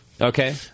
okay